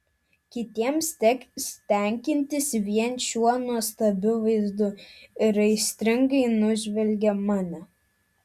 kitiems teks tenkintis vien šiuo nuostabiu vaizdu ir aistringai nužvelgia mane